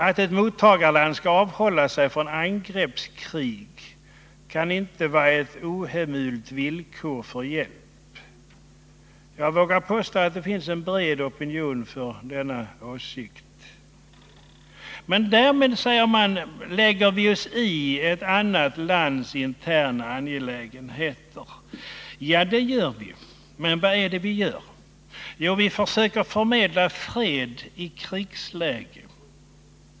Att ett mottagarland skall avhålla sig från angreppskrig kan inte vara ett ohemult villkor för hjälp. Jag vågar påstå att det finns en bred opinion för denna åsikt. Men därmed, säger man, lägger vi oss i ett annat lands interna angelägenheter. Ja, det gör vi, men vi försöker förmedla fred i krigsläge.